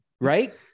Right